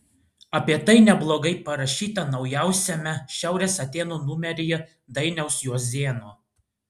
apie tai neblogai parašyta naujausiame šiaurės atėnų numeryje dainiaus juozėno